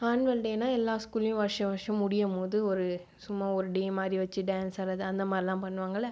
annual டேன்னா எல்லா ஸ்கூல்லையும் வருஷ வருஷம் முடியும்போது ஒரு சும்மா ஒரு டே மாதிரி வச்சு டான்ஸ் ஆடறது அந்த மாரிலா பண்ணுவாங்கல்லை